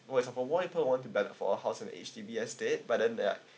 or as of more people want to bet for house on H_D_B estate by then they are